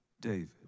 David